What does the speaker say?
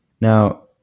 Now